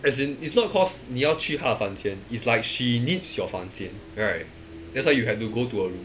as in it's not cause 你要去她的房间 is like she needs your 房间 right that's why you have to go to her room